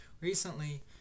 Recently